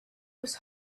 was